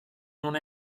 non